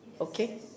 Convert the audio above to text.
Okay